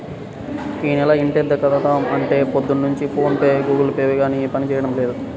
యీ నెల ఇంటద్దె కడదాం అంటే పొద్దున్నుంచి ఫోన్ పే గానీ గుగుల్ పే గానీ పనిజేయడం లేదు